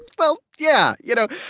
well, yeah. you know,